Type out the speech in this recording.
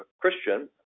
Christian